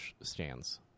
stands